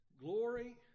Glory